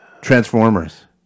Transformers